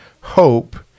hope